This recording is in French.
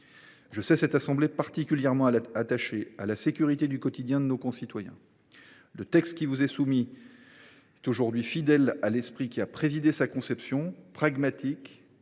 Je sais cette assemblée particulièrement attachée à la sécurité du quotidien de nos concitoyens. Le texte qui vous est soumis aujourd’hui est fidèle à l’esprit qui a présidé à sa conception : pragmatique,